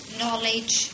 knowledge